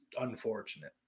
unfortunate